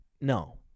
no